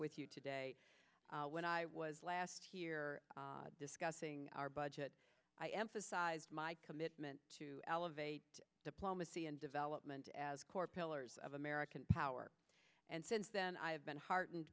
with you today when i was last here discussing our budget i emphasized my commitment to elevate diplomacy and development as core pillars of american power and since then i have been heart